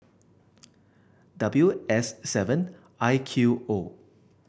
W S seven I Q O